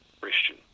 Christian